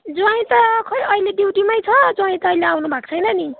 ज्वाइँ त खै अहिले ड्युटीमै छ ज्वाइँ त आउनु भएको छैन नि